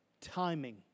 Timing